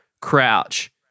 Crouch